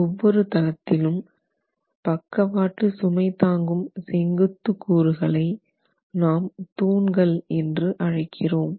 ஒவ்வொரு தளத்திலும் பக்கவாட்டு சுமை தாங்கும் செங்குத்து கூறுகளை நாம் தூண்கள் என்று அழைக்கிறோம்